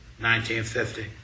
1950